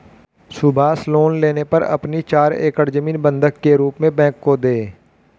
Subhash loan लेने पर अपनी चार एकड़ जमीन बंधक के रूप में बैंक को दें